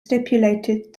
stipulated